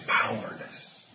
powerless